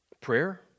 Prayer